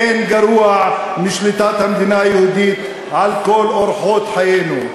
אין גרוע משליטת המדינה היהודית על כל אורחות חיינו.